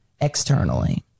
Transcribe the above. externally